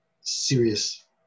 serious